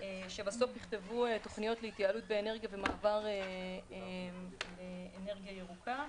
שבסוף יכתבו תוכנית להתייעלות באנרגיה ומעבר לאנרגיה ירוקה.